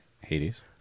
Hades